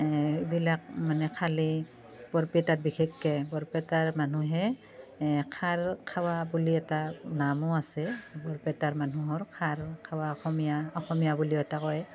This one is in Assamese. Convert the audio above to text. এইবিলাক মানে খালে বৰপেটাত বিশেষকৈ বৰপেটাৰ মানুহে খাৰখোৱা বুলি এটা নামো আছে বৰপেটাৰ মানুহৰ খাৰখোৱা অসমীয়া অসমীয়া বুলিও এটা কয়